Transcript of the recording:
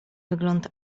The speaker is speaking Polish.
wygląd